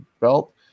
belt